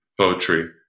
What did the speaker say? poetry